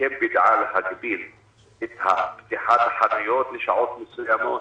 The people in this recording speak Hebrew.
-- -להגביל את פתיחת החנויות לשעות מסוימות,